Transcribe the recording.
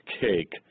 cake